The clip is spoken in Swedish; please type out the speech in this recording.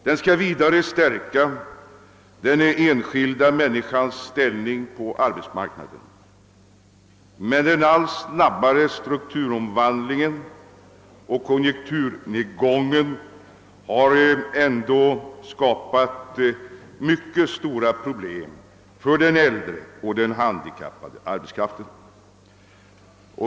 Den skall vidare stärka den enskilda människans ställning på arbetsmarknaden. Men den allt snabbare strukturomvandlingen och konjunkturnedgången har skapat mycket stora problem för den äldre och den handikappade arbetskraften.